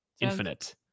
Infinite